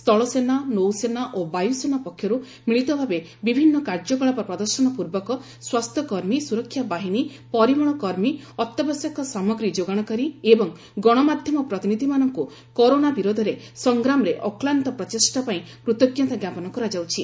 ସ୍ଥଳସେନା ନୌସେନା ଓ ବାୟୁସେନା ପକ୍ଷରୁ ମିଳିତ ଭାବେ ବିଭିନ୍ନ କାର୍ଯ୍ୟକଳାପ ପ୍ରଦର୍ଶନ ପୂର୍ବକ ସ୍ୱାସ୍ଥ୍ୟକର୍ମୀ ସୁରକ୍ଷା ବାହିନୀ ପରିମଳ କର୍ମୀ ଅତ୍ୟାବଶ୍ୟକ ସାମଗ୍ରୀ ଯୋଗାଶକାରୀ ଏବଂ ଗଣମାଧ୍ୟମ ପ୍ରତିନିଧିମାନଙ୍କୁ କରୋନା ବିରୋଧରେ ସଂଗ୍ରାମରେ ଅକ୍ଲାନ୍ତ ପ୍ରଚେଷ୍ଟାପାଇଁ କୃତଜ୍ଞତା ଜ୍ଞାପନ କରାଯାଉଛି